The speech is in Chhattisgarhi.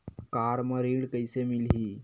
कार म ऋण कइसे मिलही?